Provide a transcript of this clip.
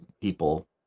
people